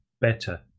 better